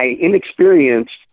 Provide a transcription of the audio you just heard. inexperienced